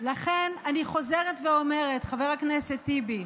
לכן אני חוזרת ואומרת, חבר הכנסת טיבי,